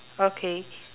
okay